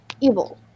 evil